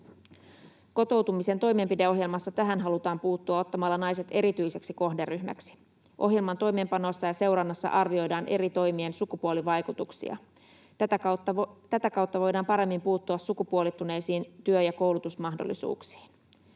Kotoutumisen toimenpideohjelmassa tähän halutaan puuttua ottamalla naiset erityiseksi kohderyhmäksi. Ohjelman toimeenpanossa ja seurannassa arvioidaan eri toimien sukupuolivaikutuksia. Tätä kautta voidaan paremmin puuttua sukupuolittuneisiin työ- ja koulutusmahdollisuuksiin.